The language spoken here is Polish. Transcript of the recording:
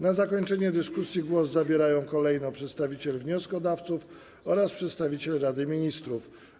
Na zakończenie dyskusji głos zabierają kolejno przedstawiciel wnioskodawców oraz przedstawiciel Rady Ministrów.